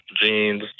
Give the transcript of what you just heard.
jeans